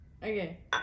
Okay